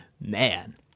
man